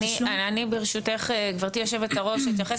אני ברשותך גבירתי יושבת הראש אתייחס